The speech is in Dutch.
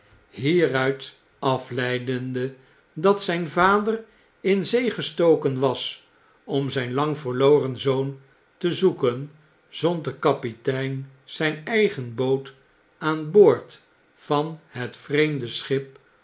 hieruit afleidende dat zgn vader in zeegestoken was om zijn lang verloren zoon tezoeken zond de kapitein zijn eigen boot aan boord van het vreemde schip